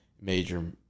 major